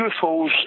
UFOs